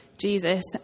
Jesus